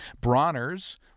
Bronner's